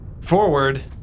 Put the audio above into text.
Forward